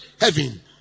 heaven